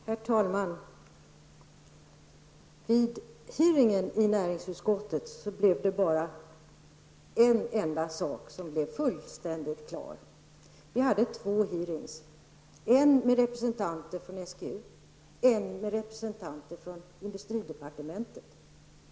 Herr talman! Vid utfrågningarna i näringsutskottet var det bara en enda sak som blev fullständigt klar. Vi hade två utfrågningar: en med representanter för SGU och en med representanter för industridepartementet.